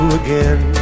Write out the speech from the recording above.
again